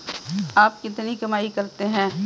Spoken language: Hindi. आप कितनी कमाई करते हैं?